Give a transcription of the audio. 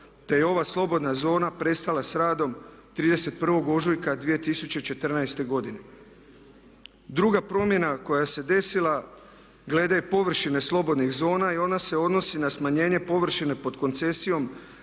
te je ova slobodna zona prestala s radom 31. ožujka 2014. godine. Druga promjena koja se desila glede površine slobodnih zona i ona se odnosi na smanjenje površine pod koncesijom